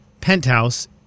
Penthouse